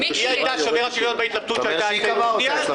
--- היא הייתה שובר השוויון בהתלבטות שהייתה אצלנו.